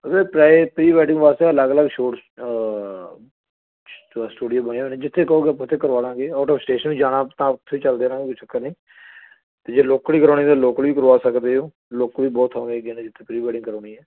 ਵੀਰੇ ਪ੍ਰਾਏ pre wedding ਵਾਸਤੇ ਤਾਂ ਅਲੱਗ ਅਲੱਗ ਸ਼ੋਟਸ ਸਟੂਡੀਓ ਬਣੇ ਹੋਏ ਜਿੱਥੇ ਕਹੋਗੇ ਆਪਾਂ ਉੱਥੇ ਕਰਵਾ ਲਵਾਂਗੇ ਓਟ ਓਫ ਸਟੇਸ਼ਨ ਜਾਣਾ ਤਾਂ ਉੱਥੇ ਚਲਦੇ ਰਹਾਂਗੇ ਕੋਈ ਚੱਕਰ ਨਹੀਂ ਅਤੇ ਜੇ ਲੋਕਲ ਹੀ ਕਰਵਾਉਣੀ ਤਾਂ ਲੋਕਲ ਵੀ ਕਰਵਾ ਸਕਦੇ ਹੋ ਲੋਕਲ ਵੀ ਬਹੁਤ ਆਉਂਦੇ ਕਿਸੇ ਨੇ ਜਿੱਥੇ ਪ੍ਰੀ ਵੈਡਿੰਗ ਕਰਵਾਉਣੀ ਹੈ